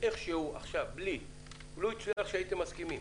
איכשהו עכשיו לו יצויר שהייתם מסכימים